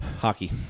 Hockey